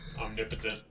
Omnipotent